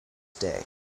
day